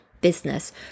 business